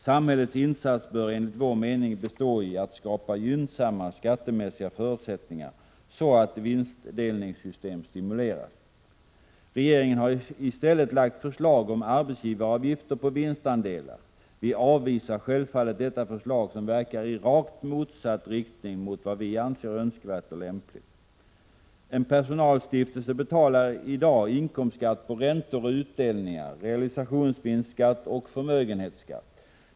Samhällets insats bör enligt vår mening bestå i att skapa gynnsamma skattemässiga förutsättningar så att vinstdelningssystem stimuleras. Regeringen har i stället lagt förslag om arbetsgivaravgifter på vinstandelar. Vi avvisar självfallet detta förslag som verkar i rakt motsatt riktning mot vad vi anser önskvärt och lämpligt. En personalstiftelse betalar i dag inkomstskatt på räntor och utdelningar, realisationsvinstskatt och förmögenhetsskatt.